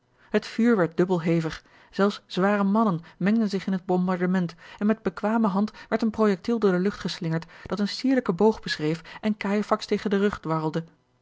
het vuur werd dubbel hevig zelfs zware mannen mengden zich in het bombardement en met bekwame hand werd een projectiel door de lucht geslingerd dat een sierlijken boog beschreef en cajefax tegen den rug